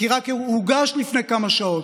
כי הוא הוגש רק לפני כמה שעות,